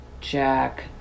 Jack